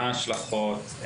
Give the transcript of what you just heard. מה ההשלכות,